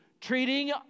treating